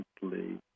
simply